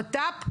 בט"פ,